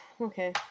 Okay